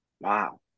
Wow